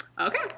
Okay